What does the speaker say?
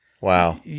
wow